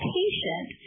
patient